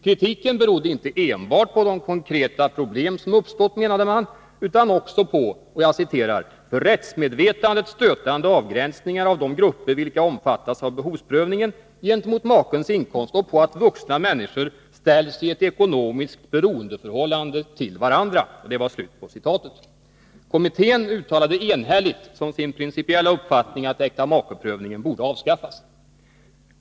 Kritiken berodde inte enbart på de konkreta problem som uppstått, menade man, utan också på ”för rättsmedvetandet stötande avgränsningar av de grupper vilka omfattas av behovsprövningen gentemot makens inkomst och på att vuxna människor ställs i ett ekonomiskt beroendeförhållande till varandra”. Kommittén uttalade enhälligt som sin principiella uppfattning att äktamakeprövningen borde avskaffas.